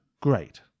great